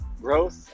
growth